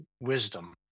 wisdom